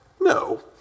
No